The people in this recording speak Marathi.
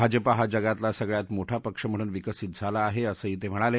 भाजपा हा जगातला सगळयात मोठा पक्ष म्हणून विकसित झाला आहे असंही ते म्हणाले